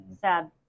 Sad